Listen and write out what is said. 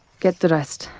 get dressed,